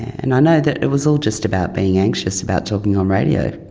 and i know that it was all just about being anxious about talking on radio,